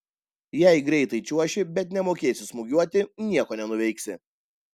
jei greitai čiuoši bet nemokėsi smūgiuoti nieko nenuveiksi